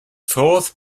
fourth